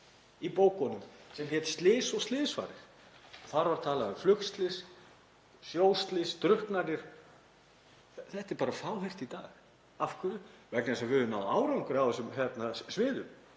í bókunum sem hét Slys og slysfarir. Þar var talað um flugslys, sjóslys, drukknanir. Þetta er bara fáheyrt í dag. Af hverju? Vegna þess að við höfum náð árangri á þessum sviðum.